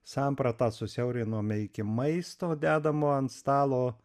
sampratą susiaurinome iki maisto dedamo ant stalo